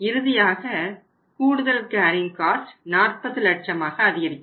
இறுதியாக கூடுதல் carrying cost 40 லட்சமாக அதிகரிக்கும்